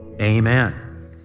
amen